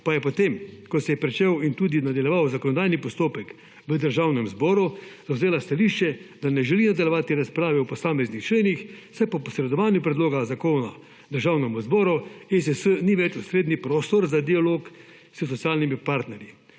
pa je potem, ko se je pričel in tudi nadaljeval zakonodajni postopek v državnem zboru zavzela stališče, da ne želijo nadaljevati razprave o posameznih členih, saj po posredovanju predloga zakona državnemu zboru ESS ni več osrednji prostor za dialog s socialnimi partnerji,